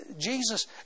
Jesus